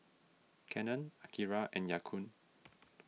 Canon Akira and Ya Kun